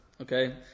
Okay